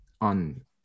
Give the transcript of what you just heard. on